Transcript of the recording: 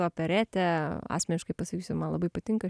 operetę asmeniškai pasakysiu man labai patinka